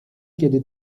kiedy